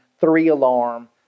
three-alarm